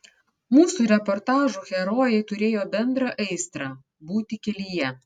mūsų reportažų herojai turėjo bendrą aistrą būti kelyje